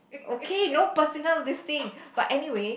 okay no personal listing but anyway